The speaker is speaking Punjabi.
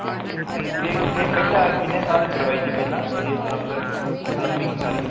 ਹਾਂਜੀ ਹਾਂਜੀ ਇਹ ਇਹ ਪਹਿਲਾਂ ਕਿੰਨੇ ਸਾਲ ਕਰਵਾਈ ਸੀ ਪਹਿਲਾਂ ਇਹ ਪਲੰਬਰ ਇਹ ਪਲੰਬਿੰਗ ਸਾਰੀ